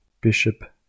Bishop